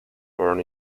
born